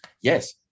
Yes